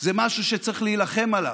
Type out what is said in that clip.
זה משהו שצריך להילחם עליו,